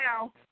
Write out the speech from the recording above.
now